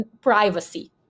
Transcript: privacy